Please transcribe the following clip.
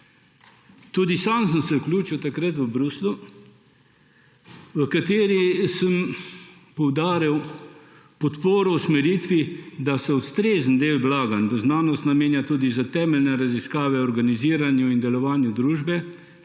Tudi sam sem se vključil v razpravo takrat v Bruslju, v kateri sem poudaril podporo usmeritvi, da se ustrezen del vlaganj v znanost namenja tudi za temeljne raziskave o organiziranju in delovanju družbe,